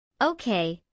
Okay